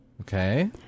Okay